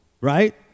right